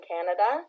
Canada